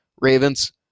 Ravens